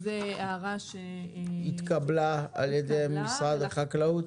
זו הערה שהתקבלה על ידי משרד החקלאות,